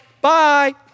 Bye